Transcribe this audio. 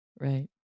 Right